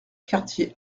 quartier